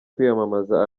kwiyamamaza